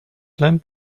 lamp